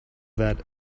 that